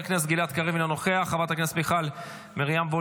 אנחנו לא